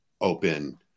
open